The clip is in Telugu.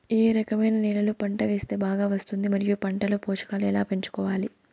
ఏ రకమైన నేలలో పంట వేస్తే బాగా వస్తుంది? మరియు పంట లో పోషకాలు ఎలా పెంచుకోవాలి?